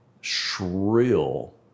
shrill